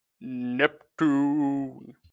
Neptune